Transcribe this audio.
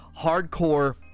hardcore